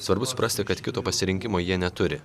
svarbu suprasti kad kito pasirinkimo jie neturi